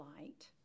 light